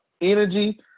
energy